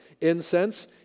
Incense